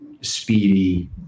speedy